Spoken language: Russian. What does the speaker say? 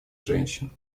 женщин